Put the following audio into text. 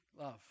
love